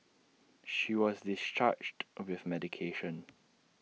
she was discharged with medication